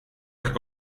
как